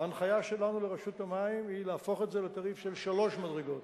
ההנחיה שלנו לרשות המים היא להפוך את זה לתעריף של שלוש מדרגות.